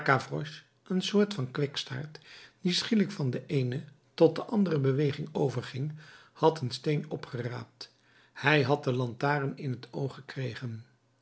een soort van kwikstaart die schielijk van de eene tot de andere beweging overging had een steen opgeraapt hij had de lantaarn in t oog gekregen